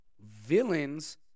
villains